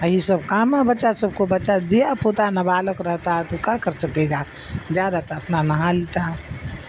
یہ سب کام ہے بچہ سب کو بچہ دیا پوتا نا بالک رہتا ہے تو کیا کر سکے گا جا رہتا اپنا نہا لیتا